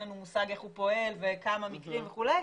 לנו מושג איך הוא פועל וכמה מקרים וכו',